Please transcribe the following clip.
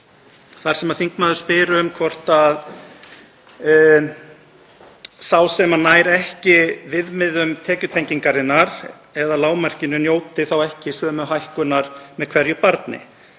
þar sem þingmaðurinn spyr hvort sá sem nær ekki viðmiðum tekjutengingarinnar eða lágmarkinu njóti ekki sömu hækkunar með hverju barni,